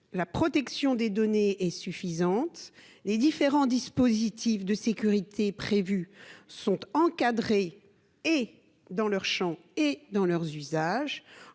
La protection des données est suffisante et les différents dispositifs de sécurité instaurés sont encadrés dans leur champ comme dans leurs usages.